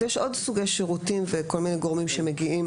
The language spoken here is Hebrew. אז יש עוד סוגי שירותים וכל מיני גורמים שמגיעים